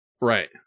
Right